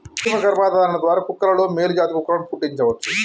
కృతిమ గర్భధారణ ద్వారా కుక్కలలో మేలు జాతి కుక్కలను పుట్టించవచ్చు